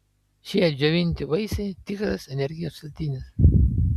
šie džiovinti vaisiai tikras energijos šaltinis